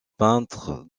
peintre